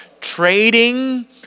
trading